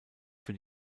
für